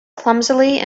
clumsily